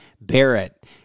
Barrett